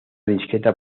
discreta